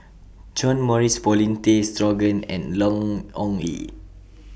John Morrice Paulin Tay Straughan and Long Ong Li